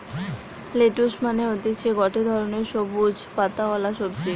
lettuce মানে হতিছে গটে ধরণের সবুজ পাতাওয়ালা সবজি